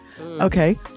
Okay